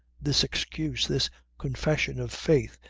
this excuse, this confession of faith,